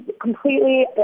completely